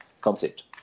concept